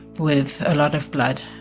with a lot of blood